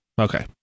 Okay